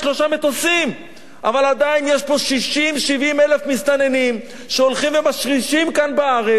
ועדיין יש פה 60,000 70,000 מסתננים שהולכים ומשרישים כאן בארץ,